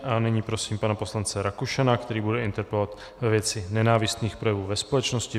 A nyní prosím pana poslance Rakušana, který bude interpelovat ve věci nenávistných projevů ve společnosti.